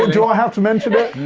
do i have to mention it?